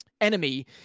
enemy